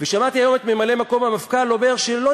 שמעתי היום את ממלא-מקום המפכ"ל אומר שלא